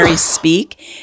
speak